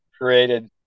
created